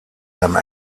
him